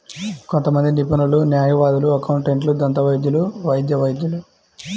కొంతమంది నిపుణులు, న్యాయవాదులు, అకౌంటెంట్లు, దంతవైద్యులు, వైద్య వైద్యులు